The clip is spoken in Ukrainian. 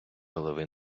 голови